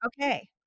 Okay